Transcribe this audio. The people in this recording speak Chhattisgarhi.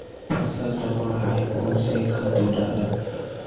फसल ल बढ़ाय कोन से खातु डालन?